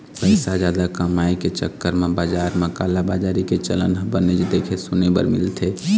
पइसा जादा कमाए के चक्कर म बजार म कालाबजारी के चलन ह बनेच देखे सुने बर मिलथे